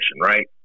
right